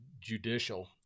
judicial